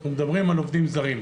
אנחנו מדברים על עובדים זרים.